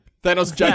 Thanos